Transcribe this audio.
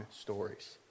stories